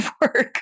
work